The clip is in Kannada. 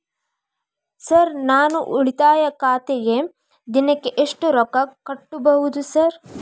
ಸರ್ ನಾನು ಉಳಿತಾಯ ಖಾತೆಗೆ ದಿನಕ್ಕ ಎಷ್ಟು ರೊಕ್ಕಾ ಕಟ್ಟುಬಹುದು ಸರ್?